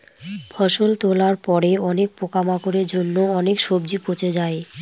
ফসল তোলার পরে অনেক পোকামাকড়ের জন্য অনেক সবজি পচে যায়